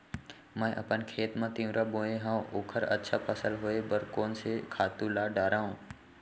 मैं अपन खेत मा तिंवरा बोये हव ओखर अच्छा फसल होये बर कोन से खातू ला डारव?